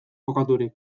kokaturik